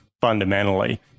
fundamentally